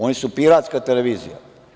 Oni su piratska televizija.